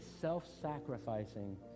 self-sacrificing